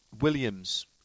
Williams